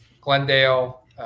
Glendale –